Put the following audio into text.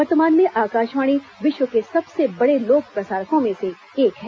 वर्तमान में आकाशवाणी विश्व के सबसे बडे लोक प्रसारकों में से एक है